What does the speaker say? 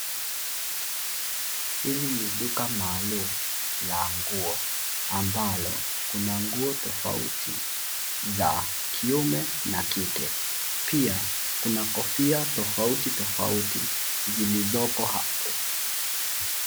Hili ni duka maalum la nguo ambalo kuna nguo tofauti za kiume na kike. Pia kuna kofia tofauti tofauti zilizopo hapo.